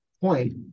point